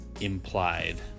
Implied